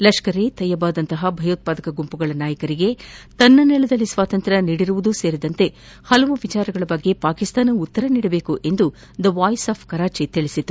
ಲಷ್ಕರ್ ಇ ತೊಯ್ಬಾ ದಂತಹ ಭಯೋತ್ಪಾದಕ ಗುಂಪುಗಳ ನಾಯಕರಿಗೆ ತನ್ನ ನೆಲದಲ್ಲಿ ಸ್ವಾತಂತ್ರ ನೀದಿರುವುದೂ ಸೇರಿದಂತೆ ಹಲವಾರು ವಿಚಾರಗಳ ಬಗ್ಗೆ ಪಾಕಿಸ್ತಾನ ಉತ್ತರ ನೀಡಬೇಕು ಎಂದು ದ ವಾಯ್ಸ್ ಆಫ್ ಕರಾಚಿ ಹೇಳಿದೆ